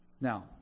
now